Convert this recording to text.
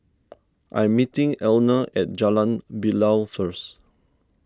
I am meeting Elna at Jalan Bilal first